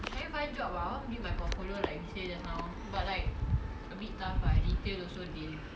trying to find job ah I want to be build my portfolio like we say just now but like a bit tough retail also they